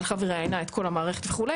הלכה וראיינה את כל המערכת וכו'.